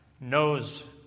knows